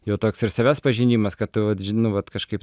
jau toks ir savęs pažinimas kad tu vat ži nu vat kažkaip